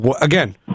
Again